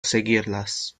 seguirlas